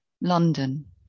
London